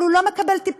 אבל הוא לא מקבל טיפול,